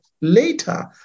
later